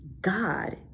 God